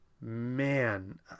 man